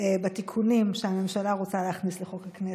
בתיקונים שהממשלה רוצה להכניס לחוק הכנסת,